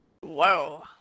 Whoa